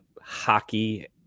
hockey